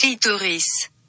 Clitoris